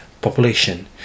population